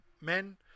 men